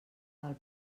del